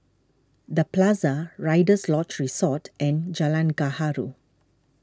the Plaza Rider's Lodge Resort and Jalan Gaharu